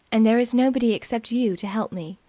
and there is nobody except you to help me.